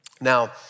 Now